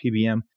PBM